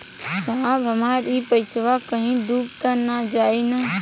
साहब हमार इ पइसवा कहि डूब त ना जाई न?